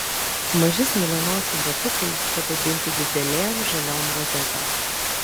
maži smailianosiai batukai padabinti didelėm žaliom rozetėm